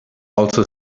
also